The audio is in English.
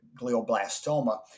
glioblastoma